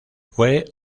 fue